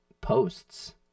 posts